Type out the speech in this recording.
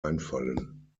einfallen